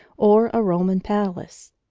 or a roman palace.